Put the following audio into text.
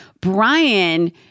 Brian